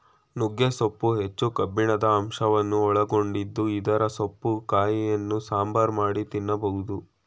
ನುಗ್ಗೆ ಸೊಪ್ಪು ಹೆಚ್ಚು ಕಬ್ಬಿಣದ ಅಂಶವನ್ನು ಒಳಗೊಂಡಿದ್ದು ಇದರ ಸೊಪ್ಪು ಕಾಯಿಯನ್ನು ಸಾಂಬಾರ್ ಮಾಡಿ ತಿನ್ನಬೋದು